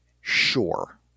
Sure